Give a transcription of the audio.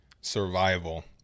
survival